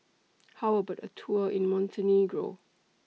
How about A Tour in Montenegro